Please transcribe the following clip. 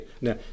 Now